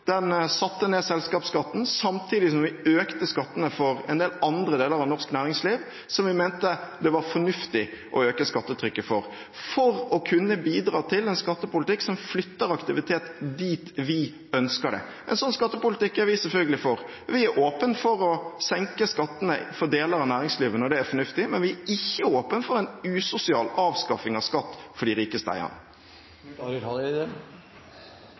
Den satte ned selskapsskatten samtidig som den økte skattene for en del andre deler av norsk næringsliv som den mente det var fornuftig å øke skattetrykket for, for å bidra til en skattepolitikk som flytter aktivitet dit vi ønsker den. En slik skattepolitikk er vi selvfølgelig for. Vi er åpne for å senke skattene for deler av næringslivet når det er fornuftig, men vi er ikke åpne for en usosial avskaffing av skatt for de rikeste